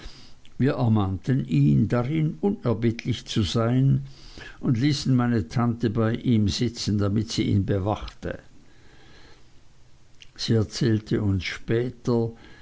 wir ermahnten ihn darin unerbittlich zu sein und ließen meine tante bei ihm sitzen damit sie ihn bewachte sie erzählte uns später